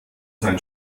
sein